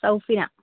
സൗഫിന